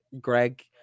Greg